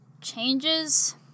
changes